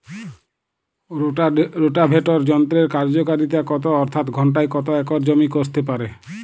Rotavator যন্ত্রের কার্যকারিতা কত অর্থাৎ ঘণ্টায় কত একর জমি কষতে পারে?